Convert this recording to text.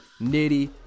Nitty